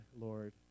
Lord